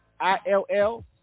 i-l-l